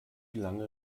lange